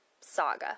saga